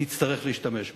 נצטרך להשתמש בה,